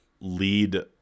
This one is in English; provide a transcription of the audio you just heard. lead